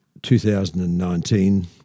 2019